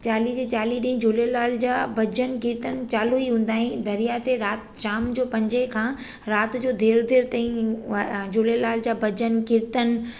चालीह जे चालीह ॾींहं झूलेलाल जा भॼन कीर्तन चालू ई हूंदा आहिनि दरिया ते राति शाम जो पंजे खां राति जो देरि देरि ताईं झूलेलाल जा भॼन कीर्तन